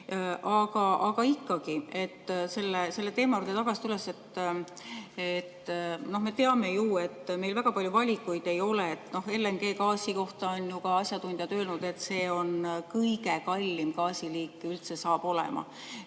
Aga ikkagi, selle teema juurde tagasi tulles, me teame ju, et meil väga palju valikuid ei ole. LNG kohta on ju ka asjatundjad öelnud, et see on kõige kallim gaasi liik üldse. See